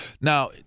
now